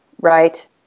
right